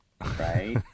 right